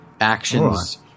actions